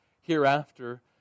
hereafter